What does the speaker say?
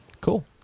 Cool